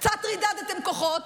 קצת רידדתם כוחות,